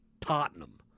Tottenham